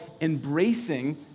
embracing